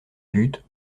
but